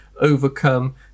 overcome